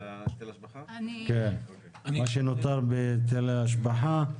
מה שנותר בהיטל ההשבחה.